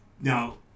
Now